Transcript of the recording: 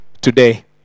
today